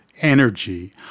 Energy